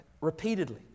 repeatedly